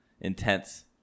intense